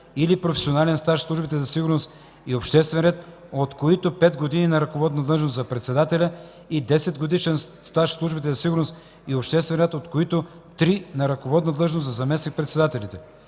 или професионален стаж в службите за сигурност и за обществен ред, от които 5 години на ръководна длъжност – за председателя, и 10 годишен стаж в службите за сигурност и за обществен ред, от които три на ръководна длъжност – за заместник-председателите”;